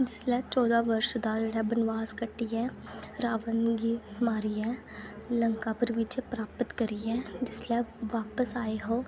जिसलै चौदां बर्ष दा जेह्ड़ा बनवास कट्टियै रावण गी मारियै लंका पर विजय प्राप्त करियै जिसलै वापस आए ओह्